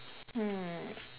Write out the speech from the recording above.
hmm